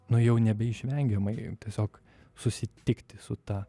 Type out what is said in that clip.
nu jau nebeišvengiamai tiesiog susitikti su ta